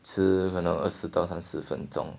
吃二十到三十分钟